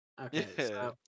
Okay